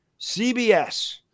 CBS